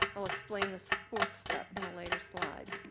i'll explain this fourth step in a later slide.